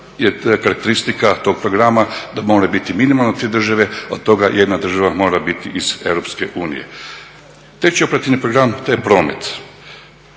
od toga je … tog programa … minimalno 3 države, od toga jedna država mora biti iz EU. Treći operativni program, to je promet.